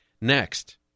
Next